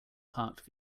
parked